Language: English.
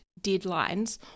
deadlines